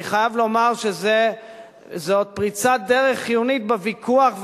אני חייב לומר שזו פריצת דרך חיונית בוויכוח,